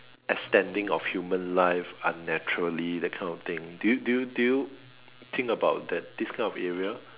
extending of human life unnaturally that kind of thing do you do you do you think about that this kind of area